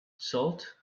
salt